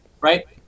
right